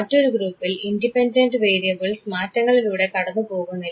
മറ്റൊരു ഗ്രൂപ്പിൽ independent variables മാറ്റങ്ങളിലൂടെ കടന്നു പോകുന്നില്ല